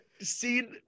seen